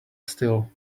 still